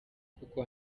kuko